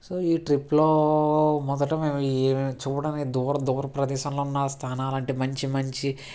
so ఈ ట్రిప్లో మొదట మేము ఏమైనా చూడని దూరదూర ప్రదేశంలో ఉన్న స్థానాలు అంటే మంచి మంచి